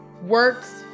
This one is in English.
works